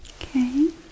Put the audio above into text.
Okay